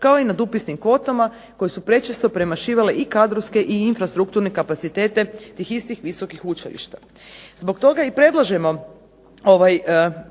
kao i nad upisnim kvotama koje su prečesto premašile i kadrovske i infrastrukturne kapacitete tih istih visokih učilišta. Zbog toga i predlažemo ovaj